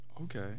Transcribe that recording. Okay